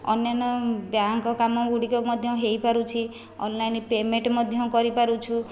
ଅନ୍ୟାନ୍ୟ ବ୍ୟାଙ୍କ୍ କାମଗୁଡ଼ିକ ମଧ୍ୟ ହୋଇପାରୁଛି ଅନଲାଇନ୍ ପେମେଣ୍ଟ ମଧ୍ୟ କରିପାରୁଛୁ